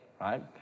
right